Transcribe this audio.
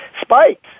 spikes